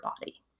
body